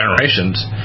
generations